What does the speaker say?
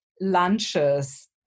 lunches